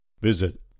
visit